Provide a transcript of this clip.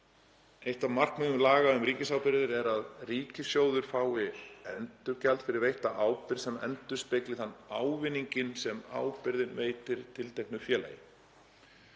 Eitt af markmiðum laga um ríkisábyrgðir er að ríkissjóður fái endurgjald fyrir veitta ábyrgð sem endurspegli þann ávinning sem ábyrgðin veitir tilteknu félagi.